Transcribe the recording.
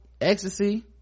ecstasy